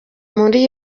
muri